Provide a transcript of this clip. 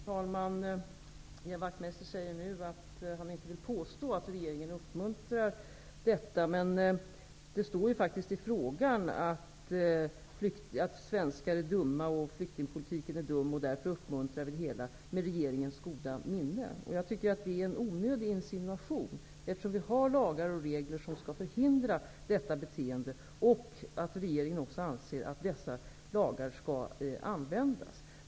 Herr talman! Ian Wachtmeister säger nu att han inte vill påstå att regeringen uppmuntrar till människosmuggling. Men det står faktiskt i frågan att svenskar är dumma, att flyktingpolitiken är dum och att det hela därför uppmuntras. ''Med regeringens goda minne.'' Jag tycker att det är en onödig insinuation, eftersom vi har lagar och regler som skall förhindra detta beteende och eftersom regeringen anser att dessa lagar skall användas.